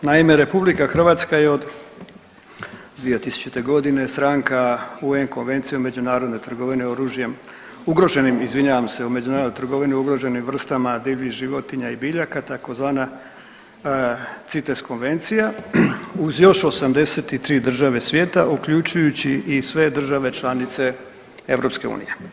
Naime, RH je od 2000. g. stranka UN Konvencije o međunarodnoj trgovini oružjem, ugroženim, izvinjavam se, u međunarodnoj trgovini ugroženim vrstama divljih životinja i biljaka tzv. CITES konvencija uz još 83 države svijeta uključujući i sve države članice EU.